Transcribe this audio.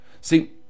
See